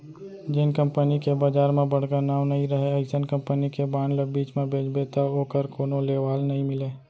जेन कंपनी के बजार म बड़का नांव नइ रहय अइसन कंपनी के बांड ल बीच म बेचबे तौ ओकर कोनो लेवाल नइ मिलय